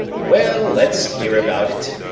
well, let's hear about it,